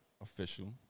official